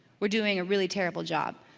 we're doing a really terrible job.